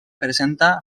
presenta